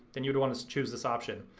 then you'd want to choose this option.